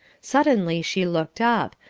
suddenly she looked up,